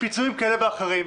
פיצויים כאלה ואחרים.